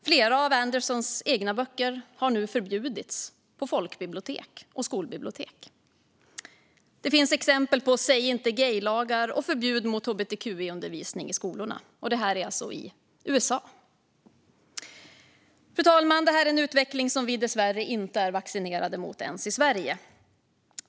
Flera av Andersons egna böcker har nu förbjudits på folkbibliotek och skolbibliotek. Det finns exempel på säg inte gay-lagar och förbud mot hbtqi-undervisning i skolorna. Detta är alltså i USA. Fru talman! Det här är en utveckling som vi dessvärre inte är vaccinerade mot ens i Sverige.